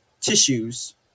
tissues